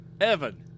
Evan